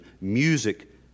Music